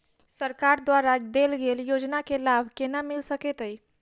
सरकार द्वारा देल गेल योजना केँ लाभ केना मिल सकेंत अई?